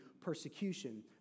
persecution